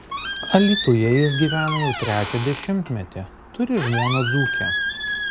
alytuje jis gyvena jau trečią dešimtmetį turi žmoną dzūkę